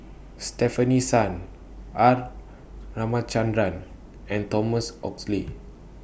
Stefanie Sun R Ramachandran and Thomas Oxley